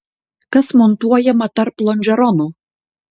kas montuojama tarp lonžeronų